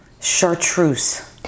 Chartreuse